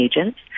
agents